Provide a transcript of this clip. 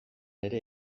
ere